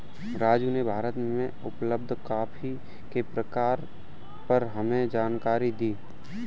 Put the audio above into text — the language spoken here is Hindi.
राजू ने भारत में उपलब्ध कॉफी के प्रकारों पर हमें जानकारी दी